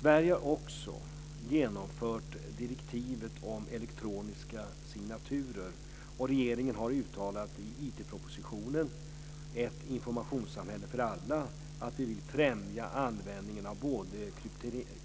Sverige har också genomfört direktivet om elektroniska signaturer och regeringen har uttalat i IT att vi vill främja användningen av både